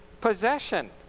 possession